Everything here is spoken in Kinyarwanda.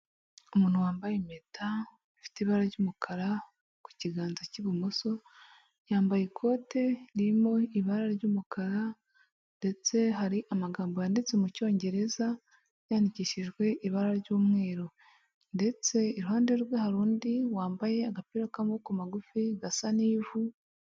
Umuntu wambaye impeta ifite ibara ry'umukara ku kiganza cy'ibumoso, yambaye ikote ririmo ibara ry'umukara ndetse hari amagambo yanditse mu cyongereza yandikishijwe ibara ry'umweru ndetse iruhande rwe hari undi wambaye agapira k'amaboko magufi gasa n'ivu.